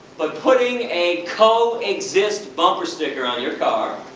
but putting a coexist bumper sticker on your car,